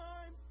Time